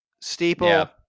steeple